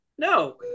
No